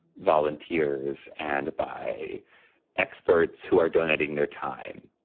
volunteers and by experts who are donating their time,